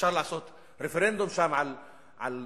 אפשר לעשות שם רפרנדום על בריאות,